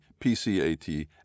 PCAT